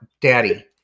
daddy